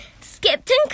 Skipton